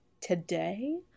today